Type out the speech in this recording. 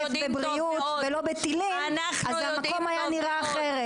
בבריאות ולא בטילים אז המקום היה נראה אחרת.